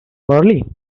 marilyn